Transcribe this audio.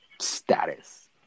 status